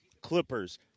Clippers